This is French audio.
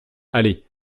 aller